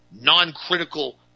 non-critical